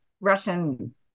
Russian